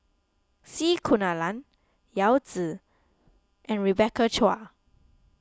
C Kunalan Yao Zi and Rebecca Chua